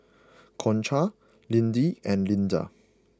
Concha Liddie and Linda